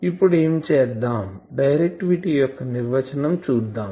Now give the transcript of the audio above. ఇప్పుడు ఏమి చేద్దాం డైరెక్టివిటీ యొక్క నిర్వచనం చూద్దాం